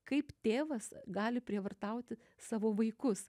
kaip tėvas gali prievartauti savo vaikus